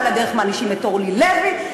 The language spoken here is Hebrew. ועל הדרך מענישים את אורלי לוי,